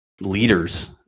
leaders